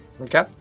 okay